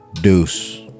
Deuce